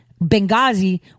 Benghazi